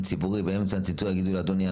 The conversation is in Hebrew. ציבורי באמצע צנתור יגידו לו אדוני,